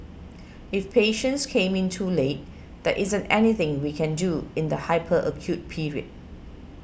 if patients come in too late there isn't anything we can do in the hyper acute period